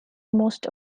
most